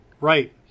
Right